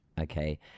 Okay